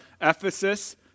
Ephesus